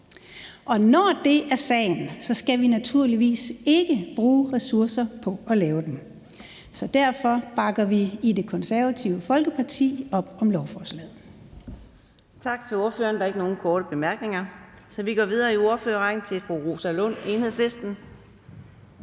Og når det er sagen, skal vi naturligvis ikke bruge ressourcer på at lave dem. Derfor bakker vi i Det Konservative Folkeparti op om lovforslaget. Kl. 16:10 Anden næstformand (Karina Adsbøl): Tak til ordføreren. Der er ikke nogen korte bemærkninger, så vi går videre i ordførerrækken til fru Rosa Lund, Enhedslisten.